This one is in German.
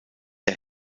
der